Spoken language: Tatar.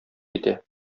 китә